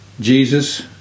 Jesus